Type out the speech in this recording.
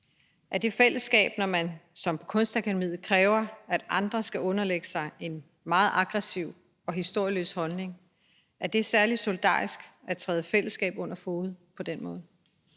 Er det fællesskab, når man som Kunstakademiet kræver, at andre skal underlægge sig en meget aggressiv og historieløs holdning? Er det særlig solidarisk at træde fællesskabet under fode på den måde?